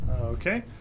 Okay